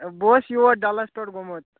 بہٕ اوس یور ڈَلَس پٮ۪ٹھ گوٚمُت